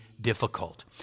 difficult